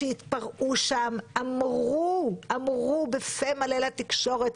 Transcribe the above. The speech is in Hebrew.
שהתפרעו שם אמרו בפה מלא לתקשורת: